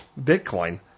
Bitcoin